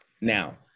Now